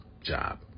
job